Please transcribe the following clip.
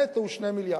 הנטו הוא 2 מיליארד.